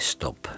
Stop